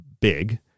big